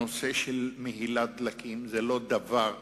הנושא של מהילת דלקים, זה לא דבר חדש.